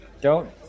Don't-